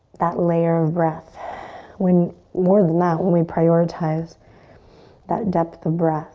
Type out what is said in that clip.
that layer of breath when more than that when we prioritize that depth of breath